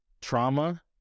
trauma